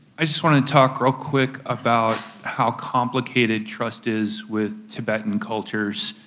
i just want to talk real quick about how complicated trust is with tibetan cultures